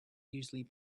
usually